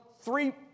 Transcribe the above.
three